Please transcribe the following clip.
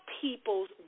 people's